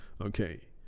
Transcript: okay